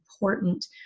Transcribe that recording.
important